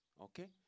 Okay